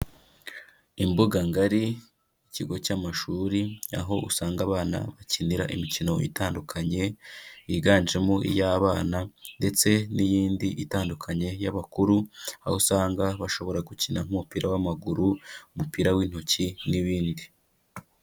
Imbuga ngari, ikigo cy'amashuri, aho usanga abana bakinira imikino itandukanye, yiganjemo iy'abana, ndetse n'iyindi itandukanye y'abakuru, aho usanga bashobora gukina nk'umupira w'amaguru, umupira w'intoki n'ibindi.